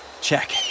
check